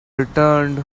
returned